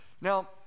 now